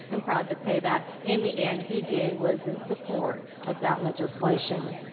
i'm proud to say that in the end, dba was in support of that legislation.